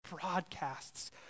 broadcasts